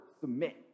submit